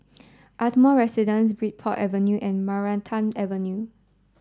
Ardmore Residence Bridport Avenue and Maranta Avenue